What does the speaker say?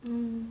mm